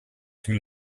too